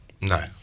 No